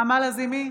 נעמה לזימי,